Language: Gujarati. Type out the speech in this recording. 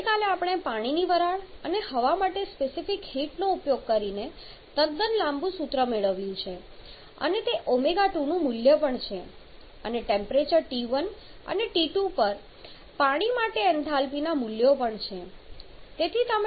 ગઈકાલે આપણે પાણીની વરાળ અને હવા માટે સ્પેસિફિક હીટનો ઉપયોગ કરીને તદ્દન લાંબુ સૂત્ર મેળવ્યું છે અને તે ω2 નું મૂલ્ય પણ છે અને ટેમ્પરેચર T1 અને T2 પર પાણી માટે એન્થાલ્પી મૂલ્યો પણ છે